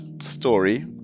story